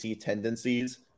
tendencies